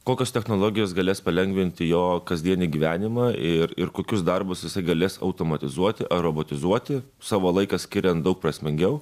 kokios technologijos galės palengvinti jo kasdienį gyvenimą ir ir kokius darbus jisai galės automatizuoti ar robotizuoti savo laiką skiriant daug prasmingiau